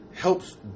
helps